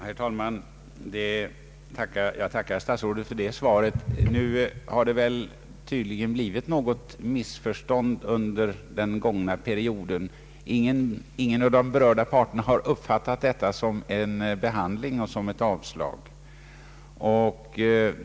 Herr talman! Jag tackar statsrådet för svaret. Det har tydligen uppstått något missförstånd under den gångna perioden. Ingen av de berörda parterna har uppfattat detta som ett avslag.